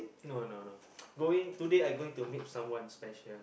no no no going today I going to meet someone special